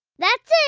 that's it.